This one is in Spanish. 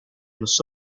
los